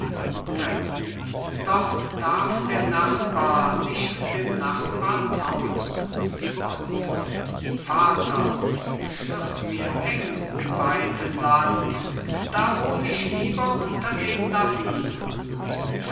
dort darf der nachbar nicht dem nachbar trauen walther vater es wird mir eng im weiten land da wohn ich lieber unter den